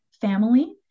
family